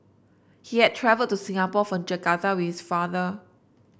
he had travelled to Singapore from Jakarta with father